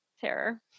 Terror